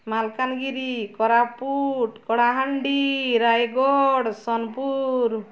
Malkangiri Koraput Kalahandi Rayagada Sonepur